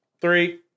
Three